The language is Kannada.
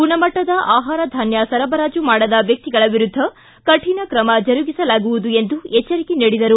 ಗುಣಮಟ್ಟದ ಆಹಾರ ಧಾನ್ಯ ಸರಬರಾಜು ಮಾಡದ ವ್ಯಕ್ತಿಗಳ ವಿರುದ್ದ ಕಠಿಣ ಕ್ರಮ ಜರುಗಿಸಲಾಗುವುದು ಎಂದು ಎಚ್ಚರಿಕೆ ನೀಡಿದರು